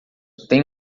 têm